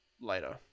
later